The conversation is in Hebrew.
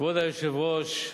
כבוד היושב-ראש,